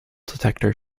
detector